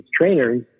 trainers